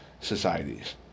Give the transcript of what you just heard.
societies